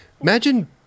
imagine